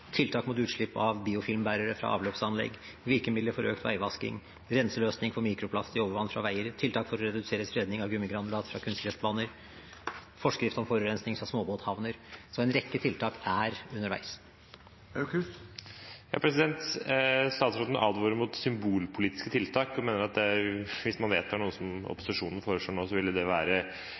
tiltak mot utslipp av biofilmbærere fra avløpsanlegg, virkemidler for økt veivasking, renseløsning for mikroplast i overvann fra veier, tiltak for å redusere spredning av gummigranulat fra kunstgressbaner, forskrift om forurensning fra småbåthavner. En rekke tiltak er underveis. Statsråden advarer mot symbolpolitiske tiltak og mener at hvis det er noe som opposisjonen foreslår nå, så ville det være